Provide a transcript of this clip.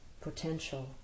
potential